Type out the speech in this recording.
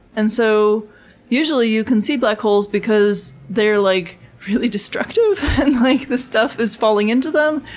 and so usually you can see black holes because they're like really destructive and like the stuff is falling into them.